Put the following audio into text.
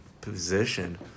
position